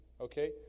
okay